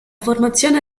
formazione